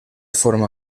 forma